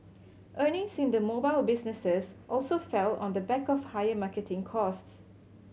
earnings in the mobile businesses also fell on the back of higher marketing costs